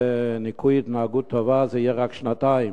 בניכוי התנהגות טובה זה יהיה רק שנתיים,